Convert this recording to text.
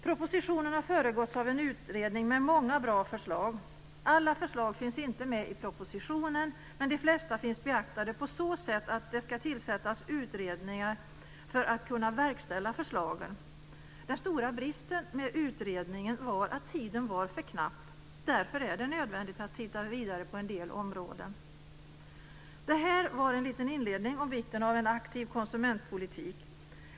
Propositionen har föregåtts av en utredning med många bra förslag. Alla förslag finns inte med i propositionen, men de flesta finns beaktade på så sätt att det ska tillsättas utredningar för att man ska kunna verkställa förslagen. Den stora bristen med utredningen var att tiden var för knapp. Därför är det nödvändigt att titta vidare på en hel del områden. Det här var en liten inledning om vikten av en aktiv konsumentpolitik.